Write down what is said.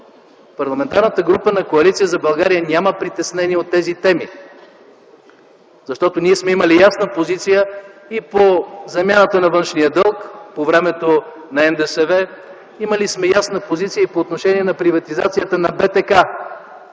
Парламентарната група на Коалиция за България няма притеснения от тези теми, защото ние сме имали ясна позиция и по замяната на външния дълг по времето на НДСВ, имали сме ясна позиция и по отношение на приватизацията на БТК.